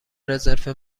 رزرو